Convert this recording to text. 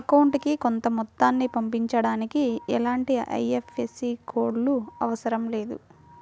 అకౌంటుకి కొంత మొత్తాన్ని పంపించడానికి ఎలాంటి ఐఎఫ్ఎస్సి కోడ్ లు అవసరం లేదు